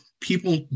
people